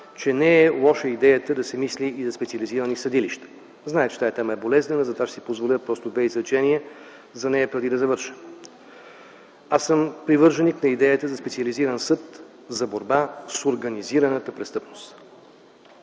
че не е лоша идеята да се мисли и за специализирани съдилища. Зная, че тази тема е болезнена. Затова ще си позволя само две изречения. Аз съм привърженик на идеята за специализиран съд за борба с организираната престъпност.